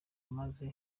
amazi